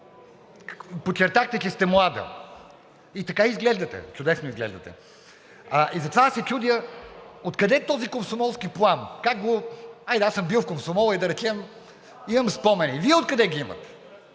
Подчертахте, че сте млада и така изглеждате – чудесно изглеждате. И затова аз се чудя откъде е този комсомолски плам? Хайде, аз съм бил в Комсомола и да речем, имам спомени. Вие откъде ги имате?